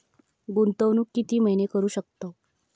गुंतवणूक किती महिने करू शकतव?